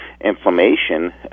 inflammation